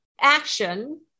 action